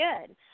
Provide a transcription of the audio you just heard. good